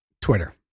Twitter